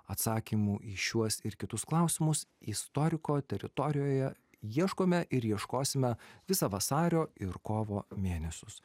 atsakymų į šiuos ir kitus klausimus istoriko teritorijoje ieškome ir ieškosime visą vasario ir kovo mėnesius